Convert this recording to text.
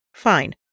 Fine